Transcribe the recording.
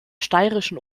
steirischen